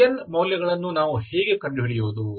cn ಮೌಲ್ಯಗಳನ್ನು ನಾವು ಹೇಗೆ ಕಂಡುಹಿಡಿಯುವುದು